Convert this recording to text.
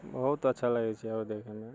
बहुत अच्छा लागै छै देखैमे